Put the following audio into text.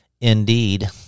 indeed